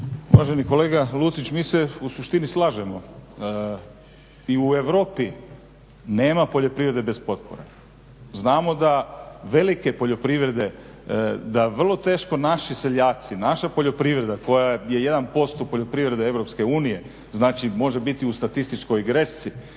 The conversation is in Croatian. Uvaženi kolega Lucić, mi se u suštini slažemo i u Europi nema poljoprivrede bez potpore. Znamo da velike poljoprivrede, da vrlo teško naši seljaci, naša poljoprivreda koja je 1% poljoprivrede EU, znači može biti u statističkoj gresci,